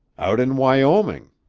out in wyoming.